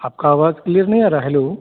आपकी आवाज़ क्लियर नहीं आ रही हेलो